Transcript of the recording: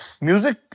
music